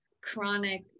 chronic